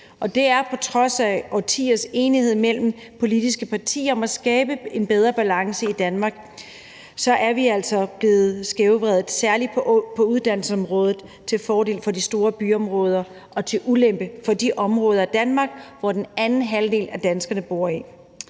På trods af årtiers enighed mellem politiske partier om at skabe en bedre balance i Danmark er vi altså blevet skævvredet, særlig på uddannelsesområdet, til fordel for de store byområder og til ulempe for de områder af Danmark, hvor den anden halvdel af danskerne bor.